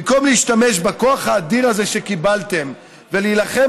במקום להשתמש בכוח האדיר הזה שקיבלתם להילחם